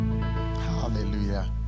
Hallelujah